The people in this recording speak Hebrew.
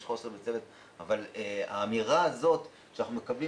יש מחסור בצוות אבל האמירה הזאת שאנחנו מקבלים